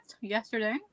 yesterday